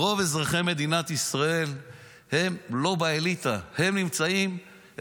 רוב אזרחי מדינת ישראל הם לא באליטה, הם הווסלים,